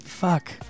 fuck